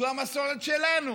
זו המסורת שלנו.